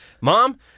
mom